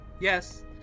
Yes